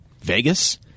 Vegas